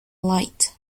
light